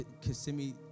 Kissimmee